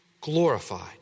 glorified